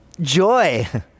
joy